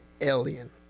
alien